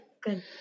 good